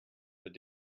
mit